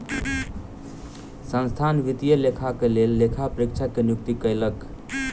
संस्थान वित्तीय लेखाक लेल लेखा परीक्षक के नियुक्ति कयलक